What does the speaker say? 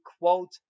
quote